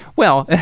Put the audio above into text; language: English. well,